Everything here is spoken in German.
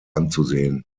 anzusehen